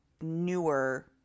newer